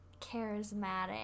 charismatic